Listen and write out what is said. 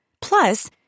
Plus